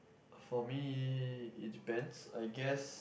for me it depends I guess